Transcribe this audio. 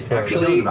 actually,